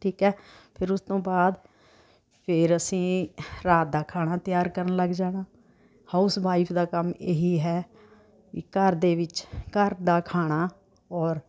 ਠੀਕ ਹੈ ਫਿਰ ਉਸ ਤੋਂ ਬਾਅਦ ਫਿਰ ਅਸੀਂ ਰਾਤ ਦਾ ਖਾਣਾ ਤਿਆਰ ਕਰਨ ਲੱਗ ਜਾਣਾ ਹਾਊਸਵਾਈਫ਼ ਦਾ ਕੰਮ ਇਹ ਹੀ ਹੈ ਵੀ ਘਰ ਦੇ ਵਿੱਚ ਘਰ ਦਾ ਖਾਣਾ ਔਰ